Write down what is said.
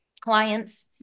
clients